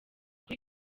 kuri